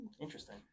Interesting